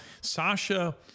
Sasha